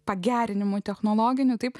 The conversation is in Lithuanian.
pagerinimų technologinių taip